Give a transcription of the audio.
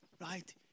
right